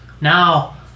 now